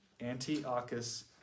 Antiochus